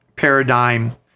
paradigm